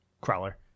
crawler